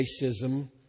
racism